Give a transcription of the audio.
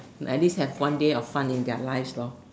at least have one day of fun in their lives lor